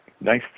nice